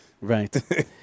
Right